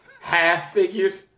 Half-figured